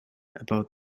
about